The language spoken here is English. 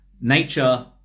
nature